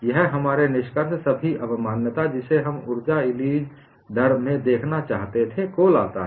यह हमारे निष्कर्ष सभी अवमान्यता जिसे हम ऊर्जा रिलीज दर में देखना चाहते थे को लाता है